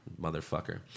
Motherfucker